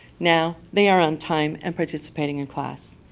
now they are on time and participating in class.